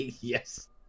Yes